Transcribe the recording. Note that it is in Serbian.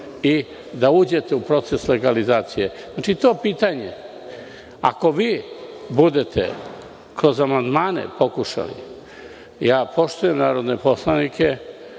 i da uđete u proces legalizacije. Znači, to pitanje, ako vi budete kroz amandmane pokušali, ja poštujem narodne poslanike,